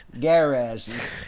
garages